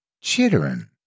chittering